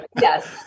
Yes